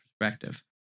perspective